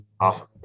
Awesome